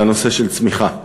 על הנושא של הצמיחה,